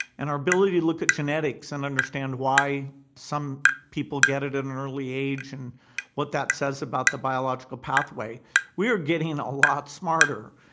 and our ability to look at genetics and understand why some people get it at an early age and what that says about the biological pathway we're getting a lot smarter.